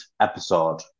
episode